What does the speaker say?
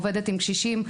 עובדת עם קשישים.